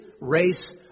race